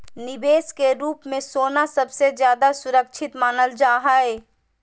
निवेश के रूप मे सोना सबसे ज्यादा सुरक्षित मानल जा हय